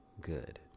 good